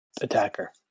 attacker